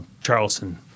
Charleston